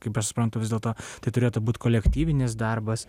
kaip aš suprantu vis dėlto tai turėtų būti kolektyvinis darbas